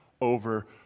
over